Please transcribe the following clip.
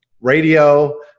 radio